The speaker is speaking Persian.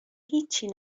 هیچی